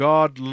God